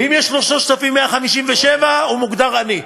ואם יש לו 3,157, הוא מוגדר עני.